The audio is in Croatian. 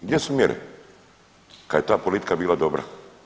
Gdje su mjere kad je ta politika bila dobra?